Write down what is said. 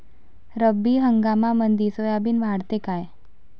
रब्बी हंगामामंदी सोयाबीन वाढते काय?